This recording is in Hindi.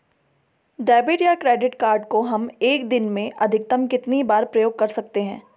डेबिट या क्रेडिट कार्ड को हम एक दिन में अधिकतम कितनी बार प्रयोग कर सकते हैं?